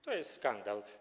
To jest skandal.